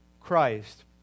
Christ